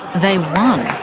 they won.